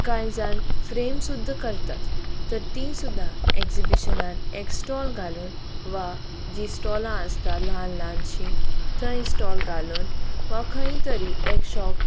कांय जाण फ्रेम सुद्दा करतात तर तीं सुद्दां एक्जिबिशनान एक स्टॉल घालून वा जीं स्टॉलां आसता ल्हान ल्हानशीं थंय स्टॉल घालून वा खंय तरी एक शॉप